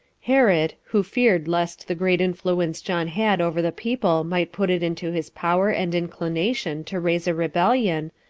herod, who feared lest the great influence john had over the people might put it into his power and inclination to raise a rebellion,